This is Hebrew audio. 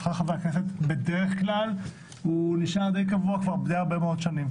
שכר חברי הכנסת נשאר קבוע כבר די הרבה שנים.